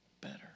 better